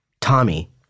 Tommy